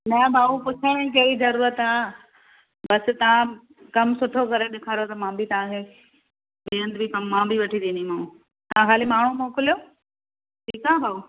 न भाउ पुछण जी कहिड़ी ज़रूरत आहे बसि तव्हां कमु सुठो करे ॾेखारियो त मां बि तव्हांखे ॿियनि हंधु कमु मां बि वठी ॾींदीमांव तव्हां खाली माण्हू मोकिलियो ठीकु आहे भाउ